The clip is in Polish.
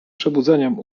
przebudzeniem